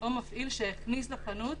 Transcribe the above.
או מפעיל שהכניס לחנות